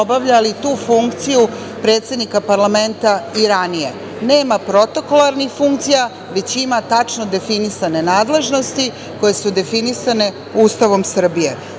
obavljali tu funkciju predsednika parlamenta i ranije. Nema protokolarnih funkcija, već ima tačno definisane nadležnosti koje su definisane Ustavom Srbije.Zašto